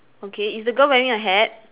okay is the girl wearing a hat